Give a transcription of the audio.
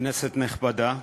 כנסת נכבדה,